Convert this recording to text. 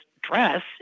dress